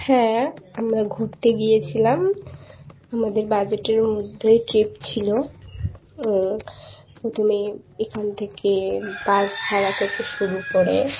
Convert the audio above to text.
হ্যাঁ আমরা ঘুরতে গিয়েছিলাম আমাদের বাজেটের মধ্যেই ট্রিপ ছিল প্রথমে এখান থেকে বাস ভাড়া থেকে শুরু করে